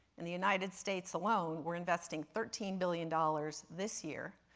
in the united states alone we're investing thirteen billion dollars this year,